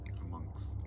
amongst